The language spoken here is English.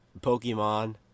Pokemon